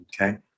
Okay